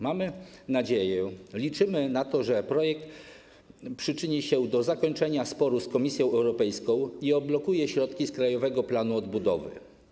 Mamy nadzieję, liczymy na to, że projekt przyczyni się do zakończenia sporu z Komisją Europejską i odblokuje środki z Krajowego Planu Odbudowy.